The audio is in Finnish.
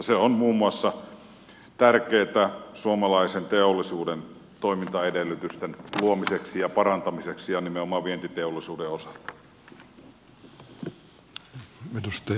se on tärkeätä muun muassa suomalaisen teollisuuden toimintaedellytysten luomiseksi ja parantamiseksi ja nimenomaan vientiteollisuuden osalta